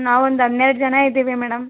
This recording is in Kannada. ನಾವು ಒಂದು ಹನ್ನೆರಡು ಜನ ಇದ್ದೀವಿ ಮೇಡಮ್